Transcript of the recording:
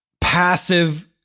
passive